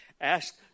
Ask